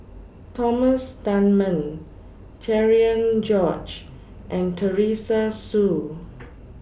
Thomas Dunman Cherian George and Teresa Hsu